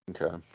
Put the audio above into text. Okay